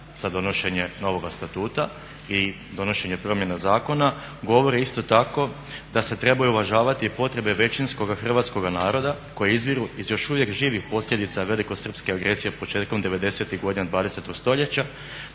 za donošenje novoga statuta i donošenje promjena zakon govori isto tako da se trebaju uvažavati i potrebe većinskoga hrvatskoga naroda koji izviru iz još uvijek živih posljedica velikosrpske agresije početkom 90.tih godina 20.stoljeća